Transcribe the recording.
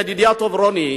ידידי הטוב רוני,